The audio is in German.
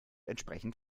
entsprechend